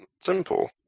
Simple